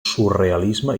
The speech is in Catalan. surrealisme